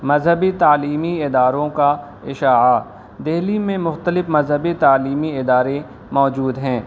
مذہبی تعلیمی اداروں کا اعشاع دلی میں مختلف مذہبی تعلیمی ادارے موجود ہیں